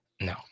No